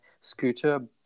Scooter